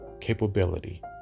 capability